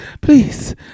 please